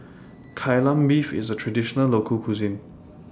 Kai Lan Beef IS A Traditional Local Cuisine